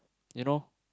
you know